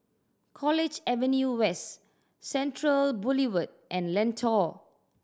College Avenue West Central Boulevard and Lentor